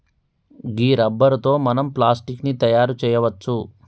గీ rubber తో మనం plastic ని తయారు చేయవచ్చు